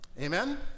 Amen